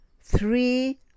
Three